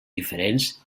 diferents